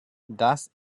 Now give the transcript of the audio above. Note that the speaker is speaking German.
das